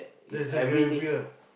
there's a graveyard